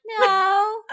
no